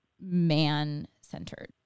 man-centered